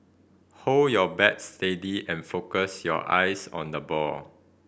hold your bat steady and focus your eyes on the ball